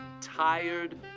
tired